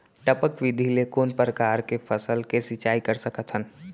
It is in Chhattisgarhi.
टपक विधि ले कोन परकार के फसल के सिंचाई कर सकत हन?